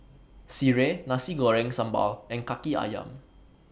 Sireh Nasi Goreng Sambal and Kaki Ayam